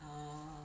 oh